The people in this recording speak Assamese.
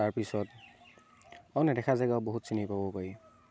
তাৰপিছত অঁ নেদেখা জেগাও বহুত চিনি পাব পাৰি